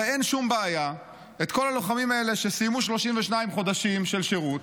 הרי את כל הלוחמים האלה שסיימו 32 חודשים של שירות,